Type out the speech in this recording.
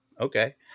Okay